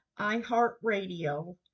iHeartRadio